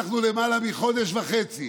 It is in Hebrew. לפני למעלה מחודש וחצי